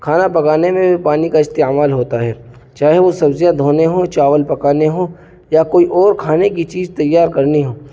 کھانا پکانے میں بھی پانی کا استعمال ہوتا ہے چاہے وہ سبزیاں دھونے ہوں چاول پکانے ہوں یا کوئی اور کھانے کی چیز تیار کرنی ہو